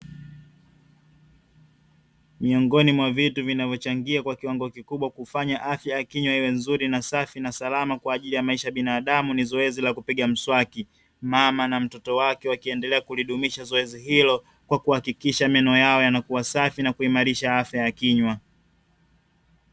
Miongoni mwa vitu vinavyochangia kwa kiwango kikubwa kufanya afya ya kinywa iwe nzuri na safi na salama kwa ajili ya maisha binadamu ni zoezi la kupiga mswaki, mama na mtoto wake wakiendelea kulidumisha zoezi hilo kwa kuhakikisha meno yao yanakuwa safi na kuimarisha afya ya kinywa.